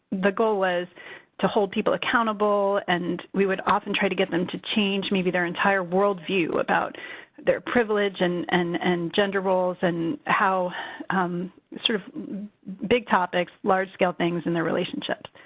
the goal was to hold people accountable, and we would often try to get them to change, maybe their entire worldview, about their privilege and and and gender roles, and how sort of big topics, large-scale things in their relationship.